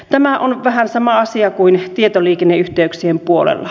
tämä on vähän sama asia kuin tietoliikenneyhteyksien puolella